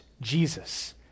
Jesus